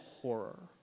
horror